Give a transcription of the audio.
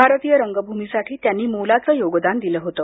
भारतीय रंगभूमीसाठी त्यांनी मोलाचं योगदान दिलं होतं